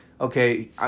Okay